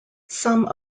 some